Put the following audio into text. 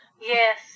yes